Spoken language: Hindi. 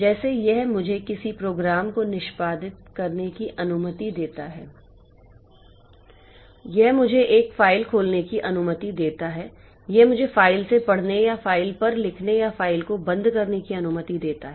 जैसे यह मुझे किसी प्रोग्राम को निष्पादित करने की अनुमति देता है यह मुझे एक फ़ाइल खोलने की अनुमति देता है यह मुझे फ़ाइल से पढ़ने या फ़ाइल पर लिखने या फ़ाइल को बंद करने की अनुमति देता है